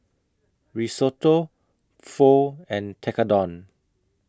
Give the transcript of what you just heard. Risotto Pho and Tekkadon